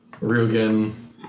Rugen